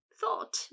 Thought